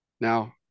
Now